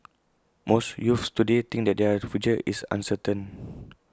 most youths today think that their future is uncertain